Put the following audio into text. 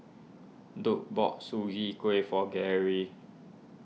Duke bought Sugee for Garry